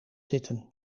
zitten